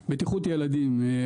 האלה.